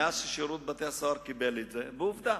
מאז ששירות בתי-הסוהר קיבל את זה, עובדה